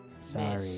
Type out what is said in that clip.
Sorry